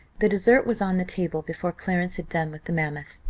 the dessert was on the table before clarence had done with the mammoth.